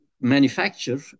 manufacture